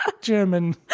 German